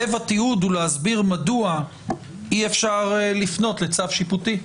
לב התיעוד הוא להסביר מדוע אי אפשר לפנות לצו שיפוטי,